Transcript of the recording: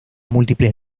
múltiples